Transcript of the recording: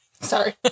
Sorry